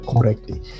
correctly